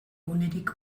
unerik